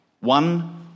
One